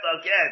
again